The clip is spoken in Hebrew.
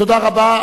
תודה רבה.